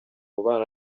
ubana